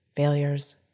Failures